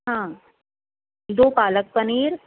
ہاں دو پالک پنیر